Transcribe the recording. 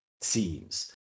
seems